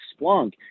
Splunk